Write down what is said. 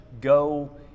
go